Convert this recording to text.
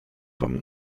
wam